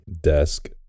desk